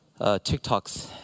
TikToks